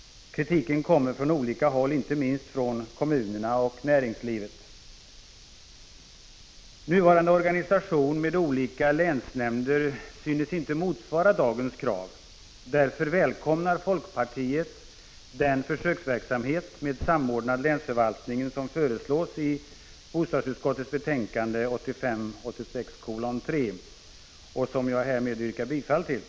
Kritiken kommer från olika håll, inte minst från kommunerna och näringslivet. Nuvarande organisation med olika länsnämnder synes inte motsvara dagens krav. Därför välkomnar folkpartiet den försöksverksamhet med samordnad länsförvaltning som föreslås i bostadsutskottets betänkande 1985/86:3, och jag yrkar härmed bifall till utskottets hemställan.